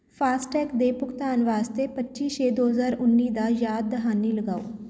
FASTag ਦੇ ਭੁਗਤਾਨ ਵਾਸਤੇ ਪੱਚੀ ਛੇ ਦੋ ਹਜ਼ਾਰ ਉੱਨੀ ਦਾ ਯਾਦ ਦਹਾਨੀ ਲਗਾਓ